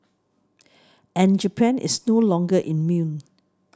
and Japan is no longer immune